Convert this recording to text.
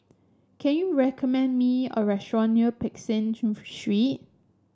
can you recommend me a restaurant near Peck Street